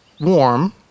warm